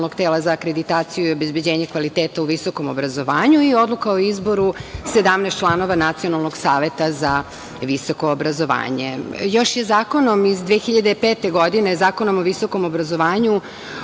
za akreditaciju i obezbeđenje kvaliteta u visokom obrazovanju i Odluka o izboru 17 članova Nacionalnog saveta za visoko obrazovanje. Još je zakonom iz 2005. godine, Zakonom o visokom obrazovanju,